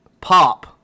pop